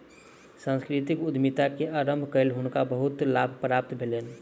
सांस्कृतिक उद्यमिता के आरम्भ कय हुनका बहुत लाभ प्राप्त भेलैन